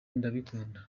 ndabikunda